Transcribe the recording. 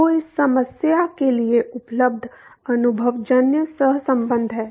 तो इस समस्या के लिए उपलब्ध अनुभवजन्य सहसंबंध हैं